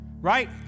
Right